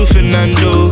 Fernando